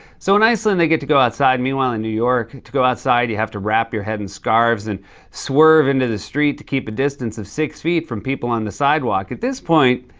so in iceland, they get to go outside. meanwhile, in new york, to go outside, you have to wrap your head in scarves and swerve into the street to keep a distance of six feet from people on the sidewalk. at this point,